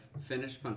finished